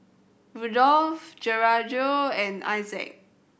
Rudolph Gregorio and Isaac